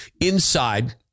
inside